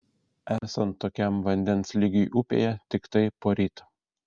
esant tokiam vandens lygiui upėje tiktai poryt